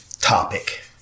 topic